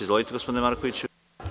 Izvolite, gospodine Markoviću.